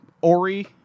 Ori